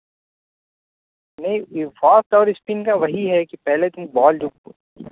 نہیں فاسٹ اور اسپین کا وہی ہے کہ پہلے تم بال جو